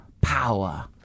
power